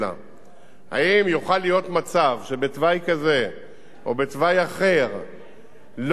האם יוכל להיות מצב שתוואי כזה או תוואי אחר לא ימוחלף